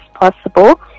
possible